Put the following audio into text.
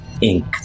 ink